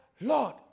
Lord